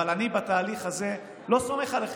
אבל אני בתהליך הזה לא סומך עליכם.